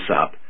up